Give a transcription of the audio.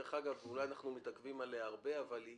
דרך אגב, אולי אנחנו מתעכבים עליה הרבה, אבל היא